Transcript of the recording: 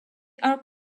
are